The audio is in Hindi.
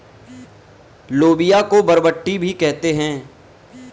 लोबिया को बरबट्टी भी कहते हैं